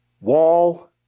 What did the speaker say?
wall